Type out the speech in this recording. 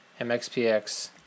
MXPX